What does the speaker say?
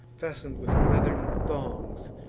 fasten'd with leathern thongs,